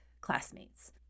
classmates